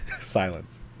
Silence